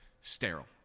Sterile